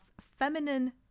feminine